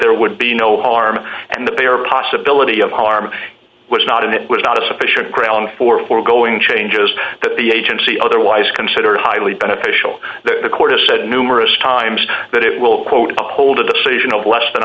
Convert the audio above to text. there would be no harm and that they are possibility of harm was not and it was not a sufficient grounds for foregoing changes that the agency otherwise considered highly beneficial the court has said numerous times that it will quote uphold a decision of less than